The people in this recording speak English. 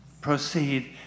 proceed